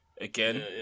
again